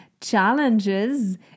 challenges